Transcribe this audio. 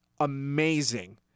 amazing